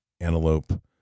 antelope